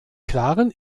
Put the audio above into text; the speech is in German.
klaren